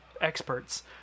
experts